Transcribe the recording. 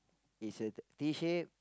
is a T shape